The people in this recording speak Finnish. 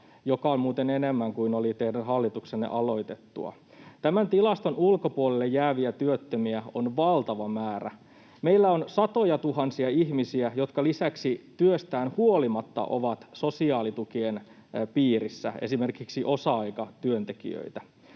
mikä on muuten enemmän kuin oli teidän hallituksenne aloitettua. Tämän tilaston ulkopuolelle jääviä työttömiä on valtava määrä. Meillä on lisäksi satojatuhansia ihmisiä, jotka työstään huolimatta ovat sosiaalitukien piirissä, esimerkiksi osa-aikatyöntekijöitä.